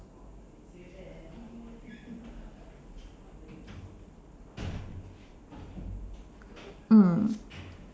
mm